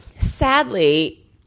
Sadly